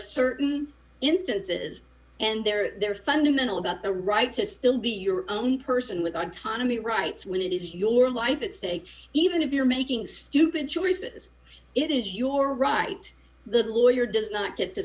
certain instances and there are fundamental about the right to still be your own person with autonomy rights when it is your life at stake even if you're making stupid choices it is your right the lawyer does not get to